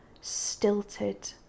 stilted